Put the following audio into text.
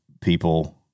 people